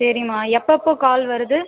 சரிமா எப்பெப்போ கால் வருது